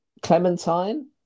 Clementine